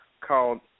called